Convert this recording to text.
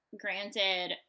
Granted